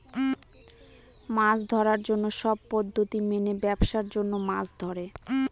মাছ ধরার জন্য সব পদ্ধতি মেনে ব্যাবসার জন্য মাছ ধরে